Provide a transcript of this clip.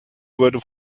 wurde